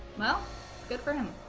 well good for him